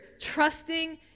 trusting